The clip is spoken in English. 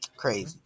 crazy